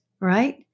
right